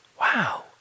Wow